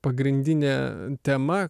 pagrindinė tema